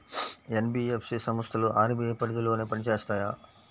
NBFC సంస్థలు RBI పరిధిలోనే పని చేస్తాయా?